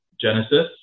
Genesis